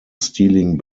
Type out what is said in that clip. stealing